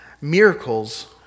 Miracles